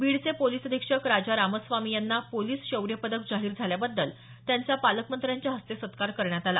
बीडचे पोलिस अधीक्षक राजा रामा स्वामी यांना पोलिस शौर्य पदक जाहीर झाल्याबद्दल त्यांचा पालकमंत्र्यांच्या हस्ते सत्कार करण्यात आला